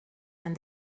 and